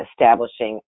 establishing